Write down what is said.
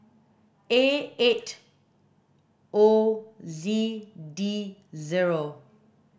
A eight O Z D zero